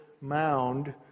mound